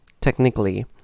technically